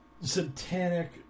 satanic